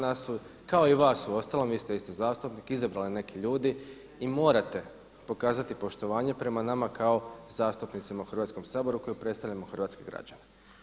Nas su kao i vas uostalom vi ste isto zastupnik izabrali neki ljudi i morate pokazati poštovanje prema nama kao zastupnicima u Hrvatskom saboru koji predstavljamo hrvatske građane.